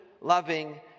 loving